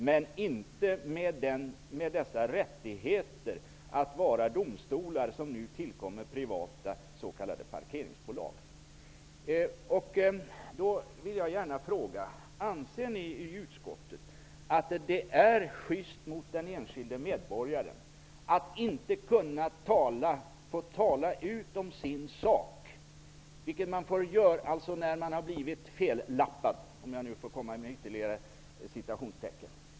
Men de privata parkeringsbolagen skall inte ha den rätt att agera domstol som nu tillkommer dem. Anser ni i utskottet att det är schyst mot den enskilde medborgaren att inte kunna få tala ut om sin sak, när vederbörande har blivit ''fellappad'', om jag nu får komma med ytterligare citationstecken?